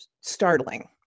startling